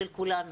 של כולנו.